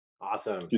Awesome